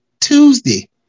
Tuesday